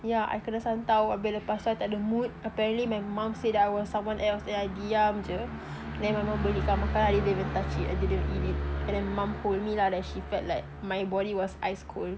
yeah I kena santau abih lepas tu I tak ada mood apparently my mum said I was someone else then I diam je then my mum belikan makan I didn't even touch it I didn't even eat it then mum hold me ah she felt like my body was ice cold